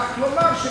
כלומר,